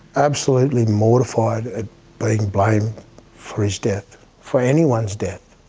absolutely mortified at being blamed for his death, for anyone's death.